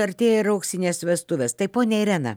artėja ir auksinės vestuvės taip ponia irena